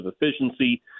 efficiency